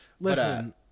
listen